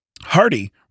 Hardy